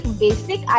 basic